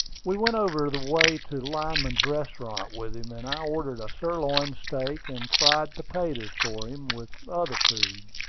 we went over the way to lyman's restaurant with him, and i ordered a sirloin steak and fried potatoes for him, with other food.